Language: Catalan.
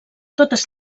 totes